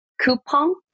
Coupon